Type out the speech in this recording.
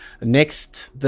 next